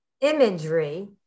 imagery